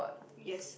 yes